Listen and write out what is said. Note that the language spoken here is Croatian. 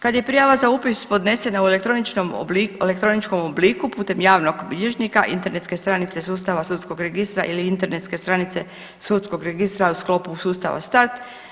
Kad je prijava za upis podnesena u elektroničkom obliku putem javnog bilježnika, internetske stranice sustava Sudskog registra ili internetske stranice Sudskog registra u sklopu sustava START.